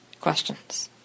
questions